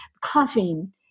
coughing